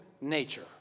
nature